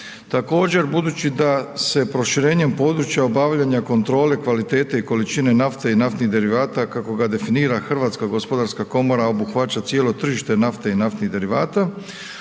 Također, budući da se proširenjem područja obavljanja kontrole, kvalitete i količine nafte i naftnih derivata kako ga definira Hrvatska gospodarska komora obuhvaća cijelo tržište nafte i naftnih derivata